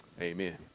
Amen